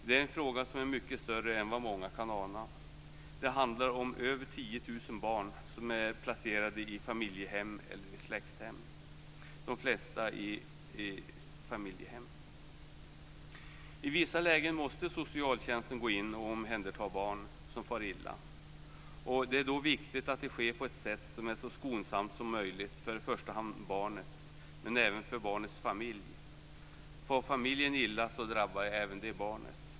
Det är en fråga som är mycket större än vad många kan ana. Det handlar om över 10 000 barn som är placerade i familjehem eller släkthem, de flesta i familjehem. I vissa lägen måste socialtjänsten gå in och omhänderta barn som far illa. Det är då viktigt att det sker på ett sätt som är så skonsamt som möjligt för i första hand barnet, men även för barnets familj. Far familjen illa drabbar det även barnet.